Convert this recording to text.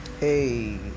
Hey